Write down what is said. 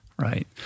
Right